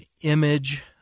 Image